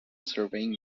surveying